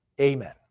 amen